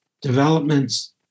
developments